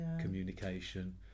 communication